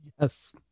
Yes